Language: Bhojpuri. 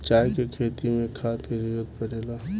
चाय के खेती मे खाद के जरूरत पड़ेला